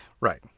Right